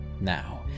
Now